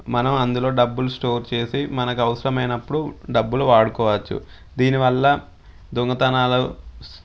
మనం అందులో డబ్బులు స్టోర్ చేసి మనకు అవసరమైనప్పుడు డబ్బులు వాడుకోవచ్చు దీనివల్ల దొంగతనాలు